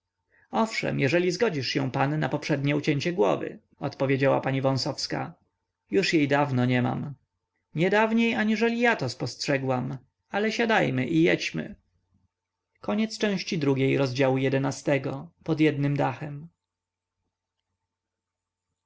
owszem jeżeli zgodzisz się pan na poprzednie ucięcie głowy odpowiedziała pani wąsowska już jej dawno nie mam niedawniej aniżeli ja to spostrzegłam ale siadajmy i jedźmy